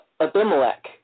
Abimelech